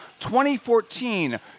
2014